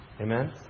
Amen